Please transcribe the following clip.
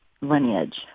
lineage